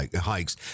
hikes